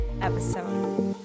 episode